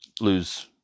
lose